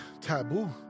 taboo